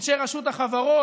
אנשי רשות החברות,